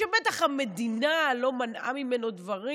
שבטח המדינה לא מנעה ממנו דברים,